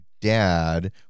Dad